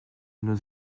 nos